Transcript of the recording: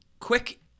quick